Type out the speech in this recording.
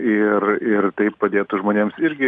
ir ir tai padėtų žmonėms irgi